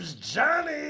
Johnny